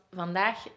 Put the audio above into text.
vandaag